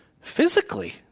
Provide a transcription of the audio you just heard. physically